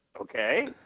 okay